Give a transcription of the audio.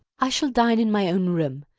i shall dine in my own room.